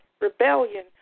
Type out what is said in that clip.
rebellion